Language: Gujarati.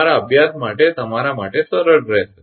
તમારા અભ્યાસ માટે તમારા માટે સરળ રેહશે